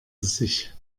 sich